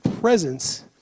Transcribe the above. presence